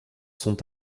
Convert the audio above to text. sont